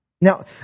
Now